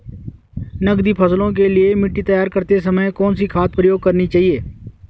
नकदी फसलों के लिए मिट्टी तैयार करते समय कौन सी खाद प्रयोग करनी चाहिए?